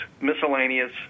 miscellaneous